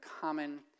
common